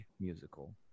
musical